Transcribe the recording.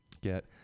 get